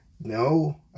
No